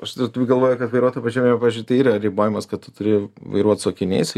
aš turiu galvoje kad vairuotojo pažymėjime pavyzdžiui tai yra ribojamas kad turi vairuot su akiniais